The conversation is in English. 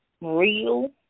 Real